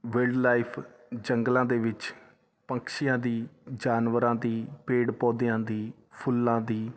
willed life ਜੰਗਲਾਂ ਦੇ ਵਿੱਚ ਪੰਕਸ਼ੀਆਂ ਦੀ ਜਾਨਵਰਾਂ ਦੀ ਪੇੜ ਪੌਦਿਆਂ ਦੀ ਫੁੱਲਾਂ ਦੀ